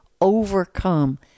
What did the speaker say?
overcome